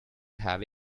have